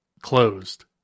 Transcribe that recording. Closed